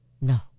No